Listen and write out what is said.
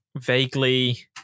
Vaguely